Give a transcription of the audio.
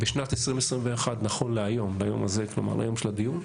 בשנת 2021, נכון להיום, ליום של הדיון,